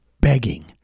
begging